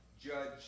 judge